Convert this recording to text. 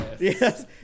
Yes